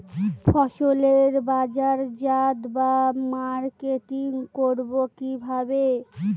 ফসলের বাজারজাত বা মার্কেটিং করব কিভাবে?